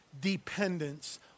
dependence